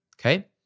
Okay